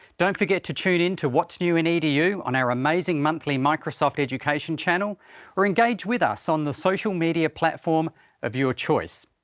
don't forget to tune in to what's new in edu on our amazing monthly microsoft education channel or engage with us on the social media platform of your choice.